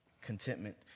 contentment